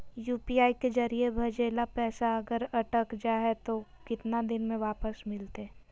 UPI के जरिए भजेल पैसा अगर अटक जा है तो कितना दिन में वापस मिलते?